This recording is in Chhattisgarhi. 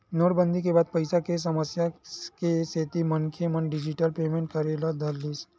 नोटबंदी के बाद पइसा के समस्या के सेती मनखे मन डिजिटल पेमेंट करे ल धरिस